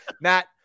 Matt